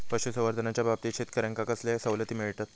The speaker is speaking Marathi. पशुसंवर्धनाच्याबाबतीत शेतकऱ्यांका कसले सवलती मिळतत?